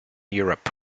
europe